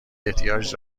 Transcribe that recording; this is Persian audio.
احتیاج